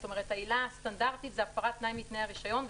זאת אומרת העילה הסטנדרטית היא הפרה של תנאי מתנאי הרישיון.